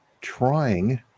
trying